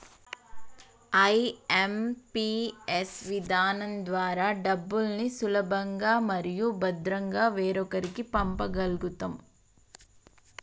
IMPS విధానం ద్వారా డబ్బుల్ని సులభంగా మరియు భద్రంగా వేరొకరికి పంప గల్గుతం